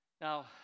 Now